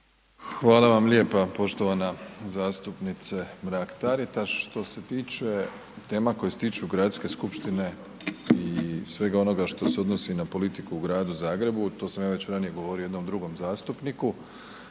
Hvala vam lijepa poštovana zastupnice Mrak Taritaš. Što se tiče tema koje .../Govornik se ne razumije./... gradske skupštine i svega onoga što se odnosi na politiku u Gradu Zagrebu, to sam ja već ranije govorio jednom drugom zastupniku,